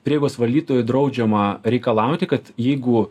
prieigos valytojui draudžiama reikalauti kad jeigu